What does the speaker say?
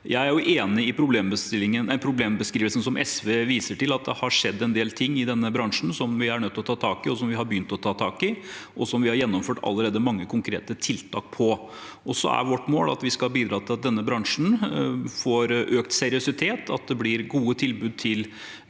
Jeg er enig i problembeskrivelsen som SV viser til, at det har skjedd en del ting i denne bransjen som vi er nødt til å ta tak i, som vi har begynt å ta tak i, og som vi allerede har gjennomført mange konkrete tiltak på. Vårt mål er at vi skal bidra til at denne bransjen får økt seriøsitet, at det blir gode tilbud til